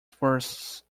forests